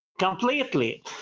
completely